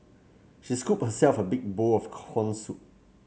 she scooped herself a big bowl of corn soup